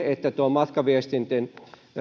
matkaviestinten